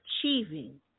achieving